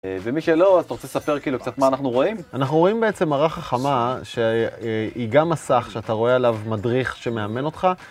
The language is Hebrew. ומי שלא, אתה רוצה לספר כאילו קצת מה אנחנו רואים? אנחנו רואים בעצם מראה חכמה שהיא גם מסך שאתה רואה עליו מדריך שמאמן אותך